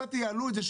וקצת תייעלו את זה.